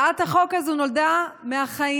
הצעת החוק הזאת נולדה מהחיים,